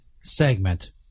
segment